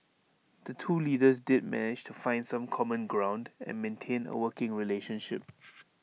the two leaders did manage to find some common ground and maintain A working relationship